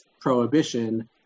prohibition